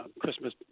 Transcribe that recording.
Christmas